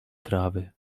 trawy